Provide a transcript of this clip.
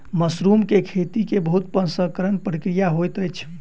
mushroom के खेती के बहुत प्रसंस्करण प्रक्रिया होइत अछि